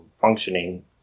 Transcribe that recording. functioning